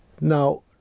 Now